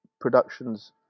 productions